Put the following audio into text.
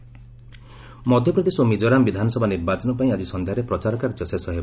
campaigning ends Madhya Pradesh ଓ ମିଜୋରାମ ବିଧାନସଭା ନିର୍ବାଚନ ପାଇଁ ଆଜି ସନ୍ଧ୍ୟାରେ ପ୍ରଚାର କାର୍ଯ୍ୟ ଶେଷ ହେବ